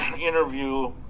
interview